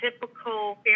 typical